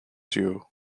duo